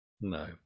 No